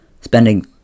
spending